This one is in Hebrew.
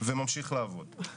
וממשיך לעבוד.